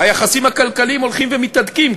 היחסים הכלכליים הולכים ומתהדקים,